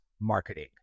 marketing